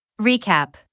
Recap